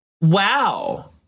wow